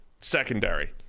secondary